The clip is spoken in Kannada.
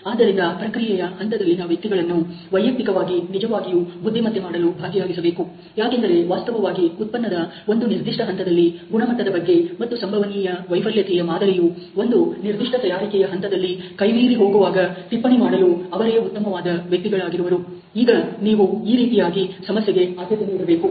ಆದ್ದರಿಂದ ಪ್ರಕ್ರಿಯೆ ಹಂತದಲ್ಲಿನ ವ್ಯಕ್ತಿಗಳನ್ನು ವೈಯಕ್ತಿಕವಾಗಿ ನಿಜವಾಗಿಯೂ ಬುದ್ಧಿಮತ್ತೆ ಮಾಡಲು ಭಾಗಿಯಾಗಿಸಬೇಕು ಯಾಕೆಂದರೆ ವಾಸ್ತವವಾಗಿ ಉತ್ಪನ್ನದ ಒಂದು ನಿರ್ದಿಷ್ಟ ಹಂತದಲ್ಲಿ ಗುಣಮಟ್ಟದ ಬಗ್ಗೆ ಮತ್ತು ಸಂಭವನೀಯ ವೈಫಲ್ಯತೆಯ ಮಾದರಿಯು ಒಂದು ನಿರ್ದಿಷ್ಟ ತಯಾರಿಕೆಯ ಹಂತದಲ್ಲಿ ಕೈಮೀರಿ ಹೋಗುವಾಗ ಟಿಪ್ಪಣಿ ಮಾಡಲು ಅವರೇ ಉತ್ತಮವಾದ ವ್ಯಕ್ತಿಗಳಾಗಿರುವರು ಈಗ ನೀವು ಈ ರೀತಿಯಾಗಿ ಸಮಸ್ಯೆಗೆ ಅಧ್ಯತೆ ನೀಡಬೇಕು